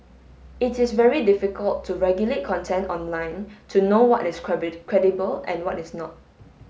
it is very difficult to regulate content online to know what is credible and what is not